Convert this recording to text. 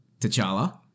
T'Challa